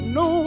no